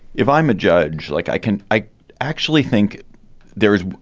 if i'm a judge like i can, i actually think there is.